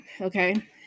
okay